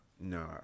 No